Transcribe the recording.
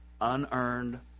Unearned